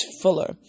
fuller